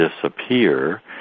disappear